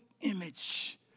image